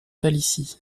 palissy